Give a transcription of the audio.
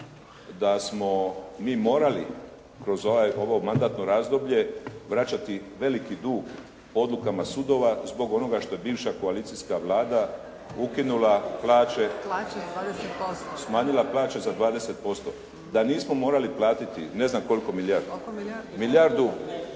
da smo mi morali kroz ovo mandatno razdoblje vraćati veliki dug po odlukama sudova zbog onoga što je bivša koalicijska Vlada smanjila plaće za 20%. Da nismo morali platiti ne znam koliko milijardi, milijardu